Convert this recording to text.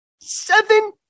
Seven